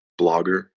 blogger